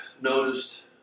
noticed